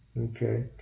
Okay